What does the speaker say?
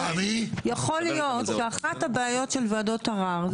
שיכול להיות שאחת הבעיות של וועדות ערר,